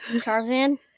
Tarzan